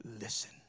Listen